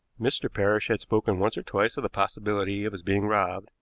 mr. parrish had spoken once or twice of the possibility of his being robbed,